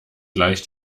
gleich